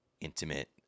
intimate